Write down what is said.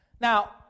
Now